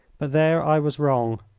but there i was wrong.